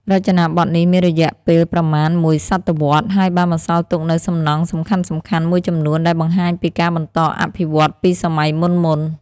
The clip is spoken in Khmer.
រចនាបថនេះមានរយៈពេលប្រមាណមួយសតវត្សរ៍ ហើយបានបន្សល់ទុកនូវសំណង់សំខាន់ៗមួយចំនួនដែលបង្ហាញពីការបន្តអភិវឌ្ឍន៍ពីសម័យមុនៗ។